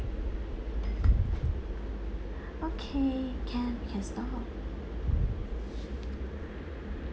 okay can we can stop